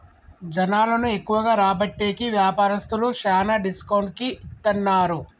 జనాలను ఎక్కువగా రాబట్టేకి వ్యాపారస్తులు శ్యానా డిస్కౌంట్ కి ఇత్తన్నారు